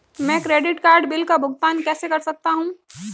मैं credit card bill का भुगतान कैसे कर सकता हूं?